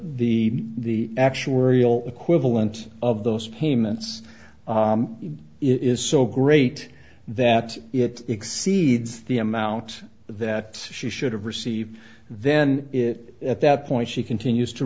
the actuarial equivalent of those payments is so great that it exceeds the amount that she should have received then it at that point she continues to